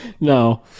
no